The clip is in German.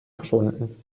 verschwunden